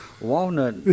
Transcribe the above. walnut